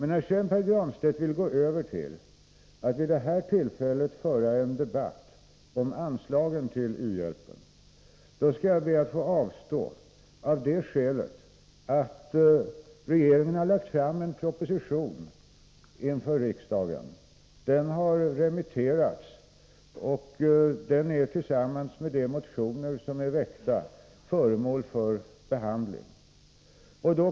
När Pär Granstedt sedan vill gå över till att vid detta tillfälle föra en debatt om anslagen till u-hjälpen ber jag att få avstå, av det skälet att regeringen har lagt fram en proposition inför riksdagen. Den har remitterats och är tillsammans med de motioner som har väckts föremål för behandling.